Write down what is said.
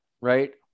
right